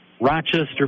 Rochester